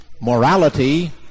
morality